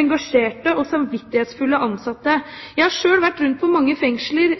engasjerte og samvittighetsfulle ansatte. Jeg har selv vært i mange fengsler